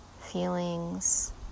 feelings